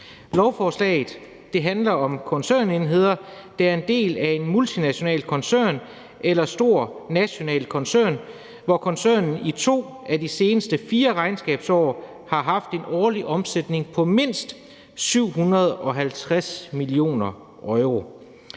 Lovforslaget handler om koncernenheder, der er en del af en multinational koncern eller en stor national koncern, hvor koncernen i to af de seneste fire regnskabsår har haft en årlig omsætning på mindst 750 millioner euro.